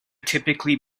typically